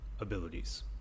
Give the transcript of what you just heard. abilities